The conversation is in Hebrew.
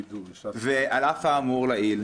ועל אף האמור לעיל,